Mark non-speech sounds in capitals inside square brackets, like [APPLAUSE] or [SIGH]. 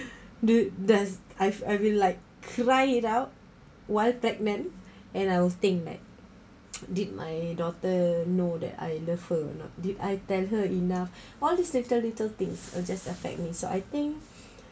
did there's I've I will like cry it out while pregnant and I will think like [NOISE] did my daughter know that I love her or not did I tell her enough [BREATH] all these little little things will just affect me so I think